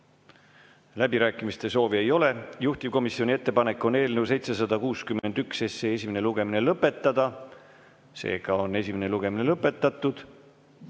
Läbirääkimiste soovi ei ole. Juhtivkomisjoni ettepanek on eelnõu 761 esimene lugemine lõpetada. Seega on esimene lugemine lõpetatud.